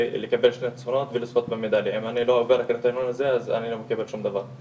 אם אני לא עובר את הקריטריון הזה אני לא מקבל שום דבר.